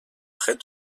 près